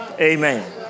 Amen